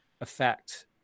affect